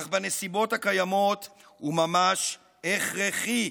אך בנסיבות הקיימות הוא ממש הכרחי.